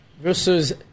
versus